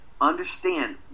understand